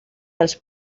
els